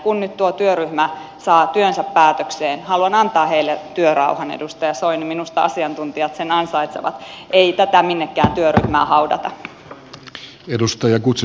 kun nyt tuo työryhmä saa työnsä päätökseen haluan antaa heille työrauhan edustaja soini minusta asiantuntijat sen ansaitsevat ei tätä minnekään työryhmään haudata